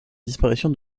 disparition